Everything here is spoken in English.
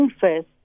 first